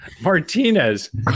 Martinez